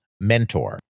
mentor